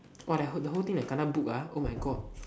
!wah! the who~ the whole thing like kena book ah oh my god